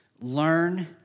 learn